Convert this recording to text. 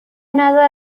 نظر